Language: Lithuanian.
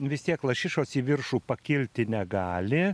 vis tiek lašišos į viršų pakilti negali